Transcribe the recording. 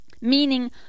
meaning